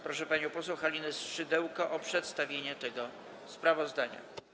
Proszę panią poseł Halinę Szydełko o przedstawienie tego sprawozdania.